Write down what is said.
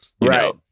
Right